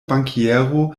bankiero